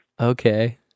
Okay